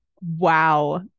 Wow